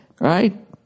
right